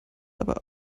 aber